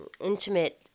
intimate